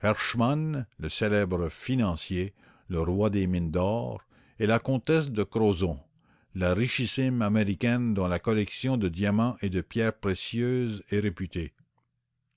le célèbre financier le roi des mines d'or et la comtesse de crozon la richissime espagnole dont la collection de diamants et de pierres précieuses est réputée